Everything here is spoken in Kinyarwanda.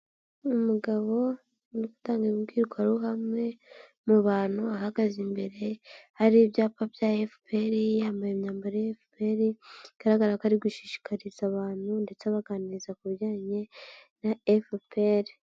umugabo uri gutanga imbwirwaruhame mu bantu ahagaze imbere, hari ibyapa bya FPR, yambaye imyambaro ya FPR, bigaragara ko ari gushishikariza abantu ndetse abaganiriza ku bijyanye na FPR.